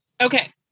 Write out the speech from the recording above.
Okay